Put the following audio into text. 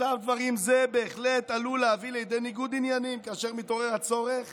מצב דברים זה בהחלט עלול להביא לידי ניגוד עניינים כאשר מתעורר הצורך